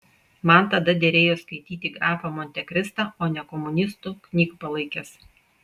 man tada derėjo skaityti grafą montekristą o ne komunistų knygpalaikes